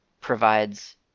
provides